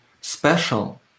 special